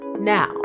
Now